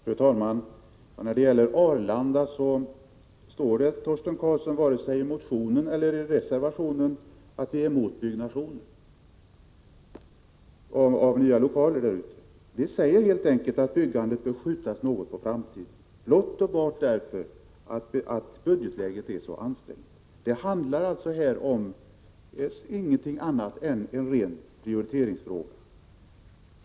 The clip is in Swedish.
Fru talman! När det gäller Arlanda vill jag säga att det inte står i vare sig motionen eller reservationen att vi är emot byggnationen av nya lokaler. Vi säger helt enkelt att byggandet bör skjutas något på framtiden, blott och bart därför att budgetläget är så ansträngt. Det handlar här alltså inte om någonting annat än en ren prioritering.